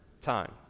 time